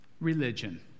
religion